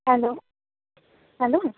hello hello